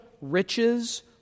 riches